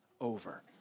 over